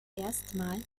erstmals